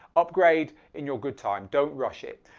upgrade in your good time, don't rush it.